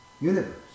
universe